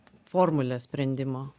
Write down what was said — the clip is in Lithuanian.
formulė sprendimo